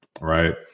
Right